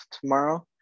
tomorrow